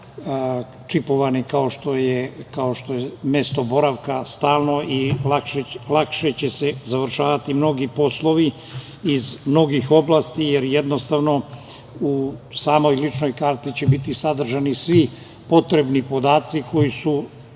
čipovani, kao što je mesto boravka. Lakše će se završavati mnogi poslovi iz mnogih oblasti, jer jednostavno u samoj ličnoj karti će biti sadržani svi potrebni podaci koji su